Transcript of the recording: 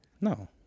No